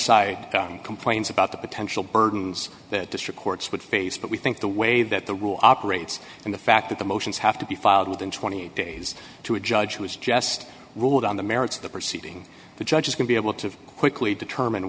side complains about the potential burdens that district courts would face but we think the way that the rule operates and the fact that the motions have to be filed within twenty eight dollars days to a judge who has just ruled on the merits of the proceeding the judges can be able to quickly determine